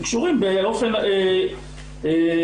הם קשורים באופן עקיף,